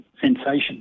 sensation